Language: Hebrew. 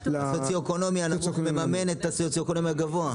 הסוציואקונומי הנמוך מממן את הסוציואקונומי הגבוה.